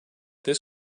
this